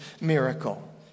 miracle